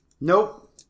Nope